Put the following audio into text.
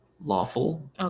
lawful